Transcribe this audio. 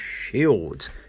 Shields